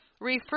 refer